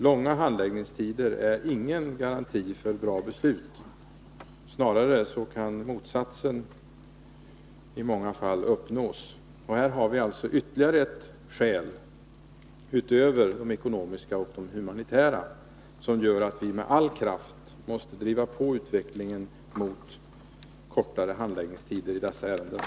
Långa handläggningstider är ingen garanti för bra beslut. Snarare kan det i många fall bli fråga om motsatsen. Här har vi alltså ytterligare ett skäl, utöver de ekonomiska och humanitära skälen, att med all kraft driva på utvecklingen mot kortare handläggningstider i ärenden av detta slag.